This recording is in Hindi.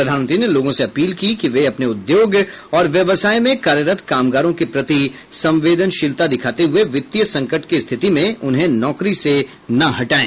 प्रधानमंत्री ने लोगों से अपील की कि वे अपने उद्योग और व्यवसाय में कार्यरत कामगारों के प्रति संवेदनशीलता दिखाते हुए वित्तीय संकट की स्थिति में उन्हें नौकरी से न हटाएं